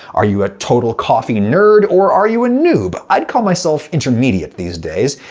are you a total coffee nerd or are you a newb? i'd call myself intermediate, these days.